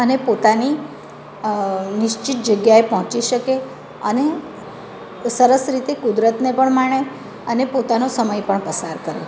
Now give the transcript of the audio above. અને પોતાની નિશ્ચિત જગ્યાએ પહોંચી શકે અને સરસ રીતે કુદરતને પણ માણે અને પોતાનો સમય પણ પસાર કરે